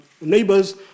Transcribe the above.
neighbors